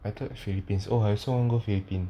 I thought philippines oh I also want to go phillipines